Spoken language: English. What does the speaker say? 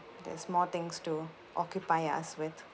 there's more things to occupy us with